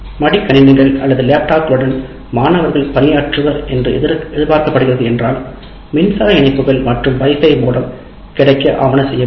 மடிக்கணினிகள் அல்லது டேப்லெட்டுகளுடன் மாணவர்கள் பணியாற்றுவர் என்று எதிர்பார்க்கப்படுகிறது என்றால் மின்சாரம் இணைப்புகள் மற்றும் வைஃபை மோடம் கிடைக்க ஆவண செய்ய வேண்டும்